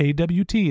AWT